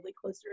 closer